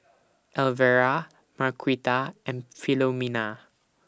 Elvera Marquita and Philomena